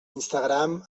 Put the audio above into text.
instagram